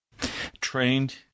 trained